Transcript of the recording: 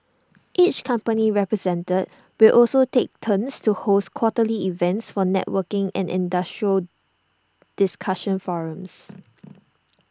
each company represented will also take turns to host quarterly events for networking and industry discussion forums